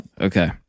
Okay